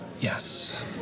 Yes